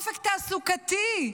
אופק תעסוקתי.